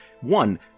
One